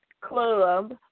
club